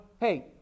Hey